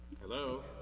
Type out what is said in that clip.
Hello